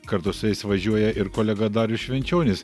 kartu su jais važiuoja ir kolega darius švenčionis